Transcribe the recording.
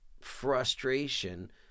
frustration